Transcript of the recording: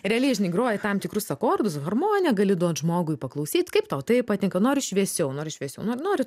realiai žinai groji tam tikrus akordus harmoniją gali duoti žmogui paklausyt kaip tau taip patinka nori šviesiau nors šviesiau nu nori